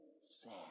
Sad